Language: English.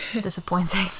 disappointing